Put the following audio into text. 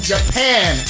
Japan